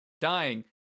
dying